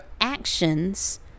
actions